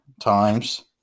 times